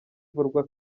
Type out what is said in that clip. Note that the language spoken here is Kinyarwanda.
ivurwa